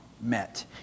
met